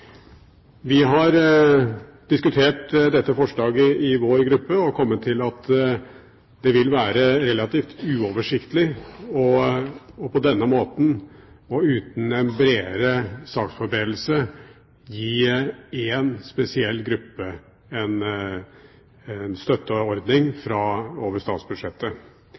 Vi har diskutert dette forslaget i vår gruppe og kommet til at det vil være relativt uoversiktlig på denne måten og uten en bredere saksforberedelse å gi én spesiell gruppe en støtteordning over statsbudsjettet,